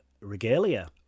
regalia